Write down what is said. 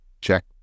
check